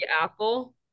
apple